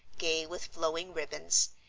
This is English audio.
gay with flowing ribbons.